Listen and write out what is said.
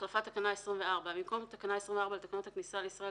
החלפת תקנה 24 1. במקום תקנה 24 לתקנות הכניסה לישראל,